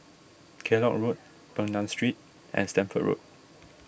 Kellock Road Peng Nguan Street and Stamford Road